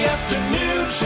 Afternoon